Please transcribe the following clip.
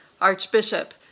Archbishop